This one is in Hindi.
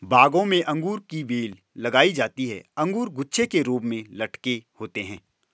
बागों में अंगूर की बेल लगाई जाती है अंगूर गुच्छे के रूप में लटके होते हैं